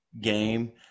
game